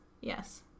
yes